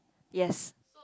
yes